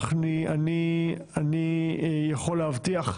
אני יכול להבטיח,